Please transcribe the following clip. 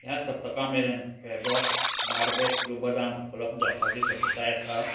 ह्या सप्तका मेरेन फॅबॉक्स बार बॅग क्यूब बदाम उपलब्ध जावपाची शक्यताय आसा